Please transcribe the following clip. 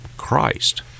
Christ